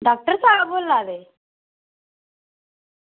doctor साह्ब बोला दे